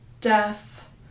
death